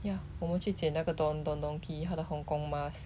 ya 我们去捡那个 don don donki 他的 hong-kong mask